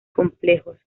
complejos